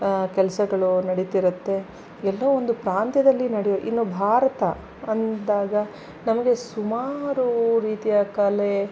ಕೆಲಸಗಳು ನಡೀತಿರುತ್ತೆ ಎಲ್ಲೋ ಒಂದು ಪ್ರಾಂತ್ಯದಲ್ಲಿ ನಡೆ ಇನ್ನೂ ಭಾರತ ಅಂದಾಗ ನಮಗೆ ಸುಮಾರು ರೀತಿಯ ಕಲೆ